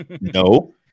No